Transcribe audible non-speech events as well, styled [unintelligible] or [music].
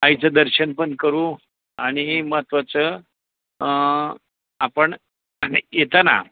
आईचं दर्शन पण करू आणि महत्त्वाचं आपण [unintelligible] नाही येताना